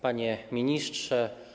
Panie Ministrze!